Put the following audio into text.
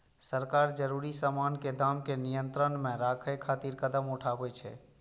सरकार जरूरी सामान के दाम कें नियंत्रण मे राखै खातिर कदम उठाबै छै